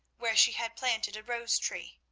where she had planted a rose tree.